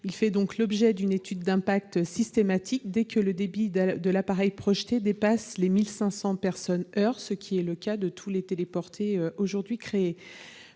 Il fait donc l'objet d'une étude d'impact systématique dès que le débit de l'appareil projeté dépasse les 1 500 personnes à l'heure, ce qui est le cas de tous les téléportés créés